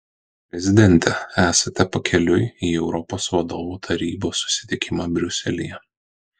prezidente esate pakeliui į europos vadovų tarybos susitikimą briuselyje